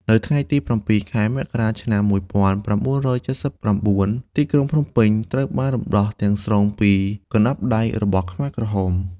នៅថ្ងៃទី ៧ ខែមករា ឆ្នាំ ១៩៧៩ ទីក្រុងភ្នំពេញត្រូវបានរំដោះទាំងស្រុងពីកណ្ដាប់ដៃរបស់ខ្មែរក្រហម។